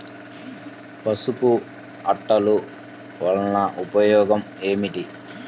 పసుపు అట్టలు వలన ఉపయోగం ఏమిటి?